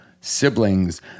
siblings